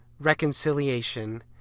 reconciliation